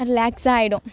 ரிலாக்ஸாக ஆகிடும்